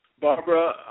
Barbara